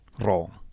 wrong